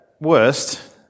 worst